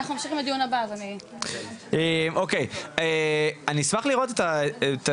נעבור לפורום ארלוזרוב, אני מבין שגם אתם